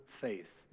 faith